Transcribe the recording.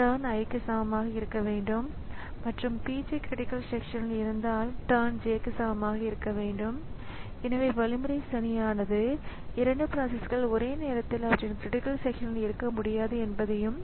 இப்போது விசைப்பலகை இயக்கப்பட வேண்டுமானால் பயனாளர் ஒரு கட்டத்தில் சில விசையை அழுத்த வேண்டும் இப்போது நம்மிடம் உள்ள கணினி அமைப்பு அல்லது ப்ராஸஸர் ஒரு மின்னணு சாதனம் என்பதை நீங்கள் காண்பீர்கள்